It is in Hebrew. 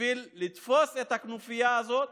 בשביל לתפוס את הכנופיה הזאת